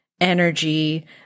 energy